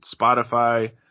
Spotify